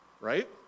Right